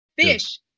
Fish